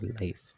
life